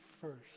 first